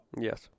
yes